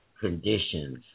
conditions